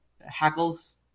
hackles